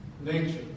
nature